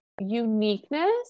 uniqueness